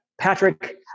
Patrick